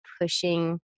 pushing